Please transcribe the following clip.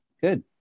good